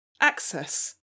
Access